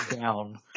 down